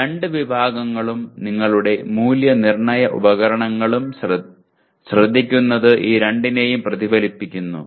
ഈ രണ്ട് വിഭാഗങ്ങളും നിങ്ങളുടെ മൂല്യനിർണ്ണയ ഉപകരണങ്ങളും ശ്രദ്ധിക്കുന്നത് ഈ രണ്ടിനെയും പ്രതിഫലിപ്പിക്കുന്നു